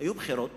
היו בחירות